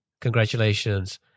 Congratulations